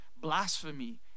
blasphemy